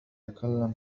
تتكلم